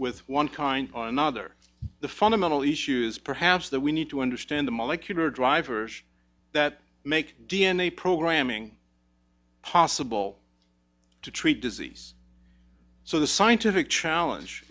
with one kind or another the fundamental issues perhaps that we need to understand the molecular drivers that make d n a programming possible to treat disease so the scientific challenge